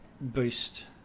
boost